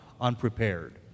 unprepared